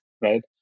right